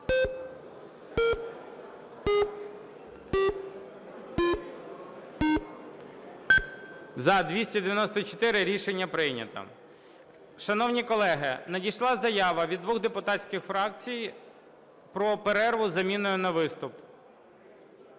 За-294 Рішення прийнято. Шановні колеги, надійшла заява від двох депутатських фракцій про перерву із заміною на виступ.